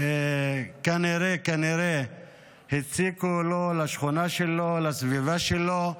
שכנראה, כנראה הציקו לו, לשכונה שלו, לסביבה שלו,